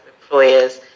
employers